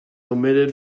omitted